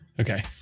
Okay